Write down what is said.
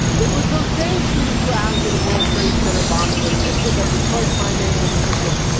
it was those same students who, after the world trade center bombing insisted that because my name was yousef,